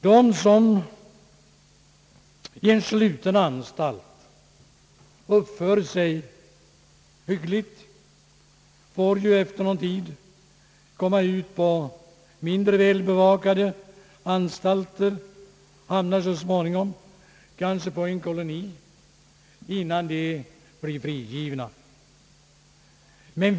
De som i en sluten anstalt uppför sig hyggligt får ju efter någon tid komma ut på mindre väl bevakade anstalter; de hamnar så småningom kanske på en koloni innan de blir frigivna.